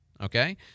okay